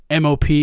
MOP